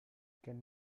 can